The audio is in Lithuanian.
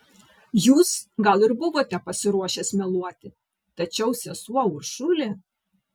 jūs gal ir buvote pasiruošęs meluoti tačiau sesuo uršulė